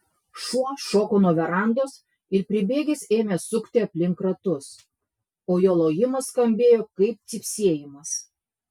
šuo šoko nuo verandos ir pribėgęs ėmė sukti aplink ratus o jo lojimas skambėjo kaip cypsėjimas